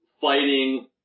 fighting